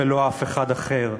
ולא אף אחד אחר.